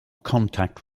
contact